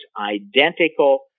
identical